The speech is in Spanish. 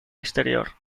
exterior